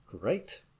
Great